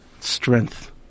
strength